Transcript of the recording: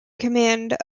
command